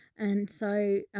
and so,